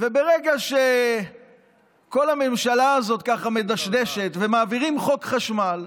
וברגע שכל הממשלה הזאת ככה מדשדשת ומעבירים חוק חשמל,